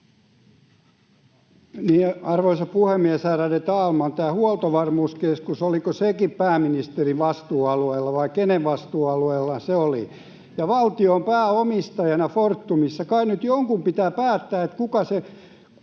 Arvoisa puhemies, ärade talman! Oliko tämä Huoltovarmuuskeskuskin pääministerin vastuualueella, vai kenen vastuualueella se oli? Ja valtio on pääomistajana Fortumissa. Kai nyt jonkun pitää päättää, onko se